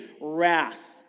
wrath